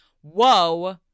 whoa